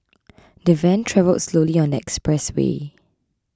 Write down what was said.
the van travelled slowly on the expressway